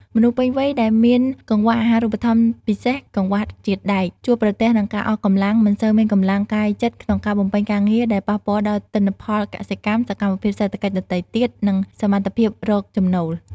មនុស្សពេញវ័យដែលមានកង្វះអាហារូបត្ថម្ភ ពិសេសកង្វះជាតិដែក ជួបប្រទះនឹងការអស់កម្លាំង មិនសូវមានកម្លាំងកាយចិត្តក្នុងការបំពេញការងារ ដែលប៉ះពាល់ដល់ទិន្នផលកសិកម្ម សកម្មភាពសេដ្ឋកិច្ចដទៃទៀត និងសមត្ថភាពរកចំណូល។